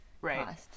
Right